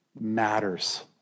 matters